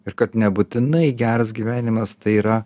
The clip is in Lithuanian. ir kad nebūtinai geras gyvenimas tai yra